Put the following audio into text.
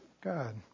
God